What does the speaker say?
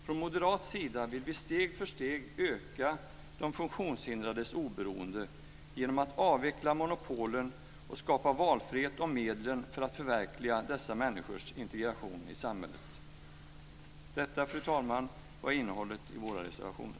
Från moderat sida vill vi steg för steg öka de funktionshindrades oberoende genom att avveckla monopolen och skapa valfrihet om medlen för att förverkliga dessa människors integration i samhället. Detta, fru talman, var innehållet i våra reservationer.